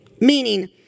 Meaning